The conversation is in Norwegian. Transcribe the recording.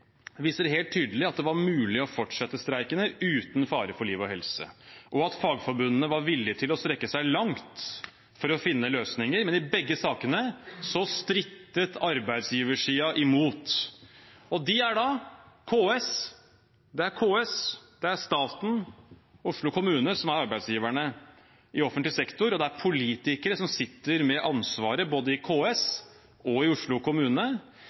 viser helt tydelig at det var mulig å fortsette streikene uten fare for liv og helse, og at fagforbundene var villige til å strekke seg langt for å finne løsninger. Men i begge sakene strittet arbeidsgiversiden imot. Det er da KS. Det er KS, det er staten, det er Oslo kommune som er arbeidsgiverne i offentlig sektor, og det er politikere som sitter med ansvaret i både KS og Oslo kommune.